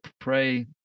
pray